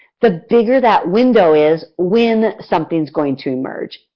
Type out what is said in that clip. the bigger that window is when something is going to emerge.